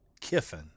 Kiffin